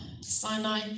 Sinai